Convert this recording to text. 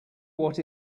what